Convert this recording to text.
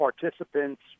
participants